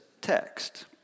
text